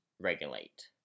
regulate